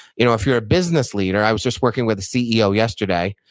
you know if you're a business leader, i was just working with the ceo yesterday,